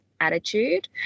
attitude